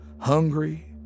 hungry